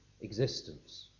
existence